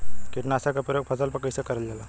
कीटनाशक क प्रयोग फसल पर कइसे करल जाला?